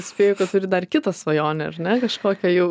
spėju kad turi dar kitą svajonę ar ne kažkokią jau